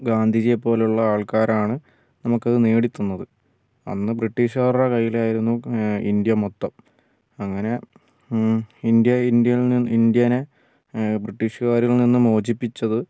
ഗാന്ധിജിയെ പോലുള്ള ആൾക്കാരാണ് നമുക്കത് നേടി തന്നത് അന്ന് ബ്രിട്ടീഷുകാരുടെ കയ്യിലായിരുന്നു ഇന്ത്യ മൊത്തം അങ്ങനെ ഇന്ത്യ ഇന്ത്യയിൽ നിന്ന് ഇന്ത്യേനെ ബ്രിട്ടീഷുകാരിൽ നിന്ന് മോചിപ്പിച്ചത്